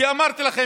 כי אמרתי לכם,